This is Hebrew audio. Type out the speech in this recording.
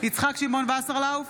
יצחק שמעון וסרלאוף,